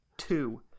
Two